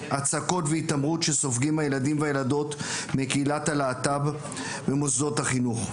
הצקות והתעמרות שסופגים הילדים והילדות מקהילת הלהט"ב במוסדות החינוך.